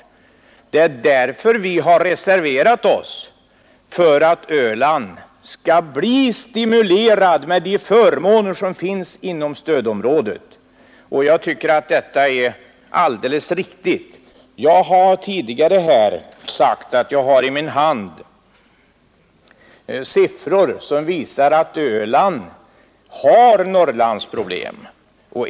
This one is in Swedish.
Anledningen till att vi har reserverat oss är att Öland skall bli stimulerat med de förmåner som finns inom stödområdet. Jag tycker att detta är alldeles riktigt. Jag har tidigare sagt att jag i min hand har siffror som visar att Öland har Norrlandsproblem.